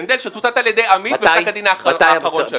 הנדל, שצוטט על ידי עמית בפסק הדין האחרון שלו.